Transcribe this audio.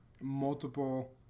multiple